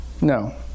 No